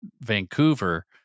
vancouver